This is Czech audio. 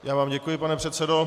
Já vám děkuji, pane předsedo.